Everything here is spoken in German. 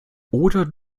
oder